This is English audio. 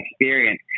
experience